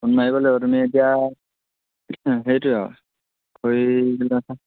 phone মাৰিব লাগিব তুমি এতিয়া সেইটোৱে আৰু খৰি